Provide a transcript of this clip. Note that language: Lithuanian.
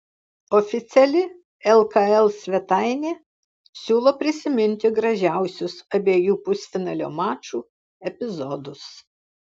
oficiali lkl svetainė siūlo prisiminti gražiausius abiejų pusfinalio mačų epizodus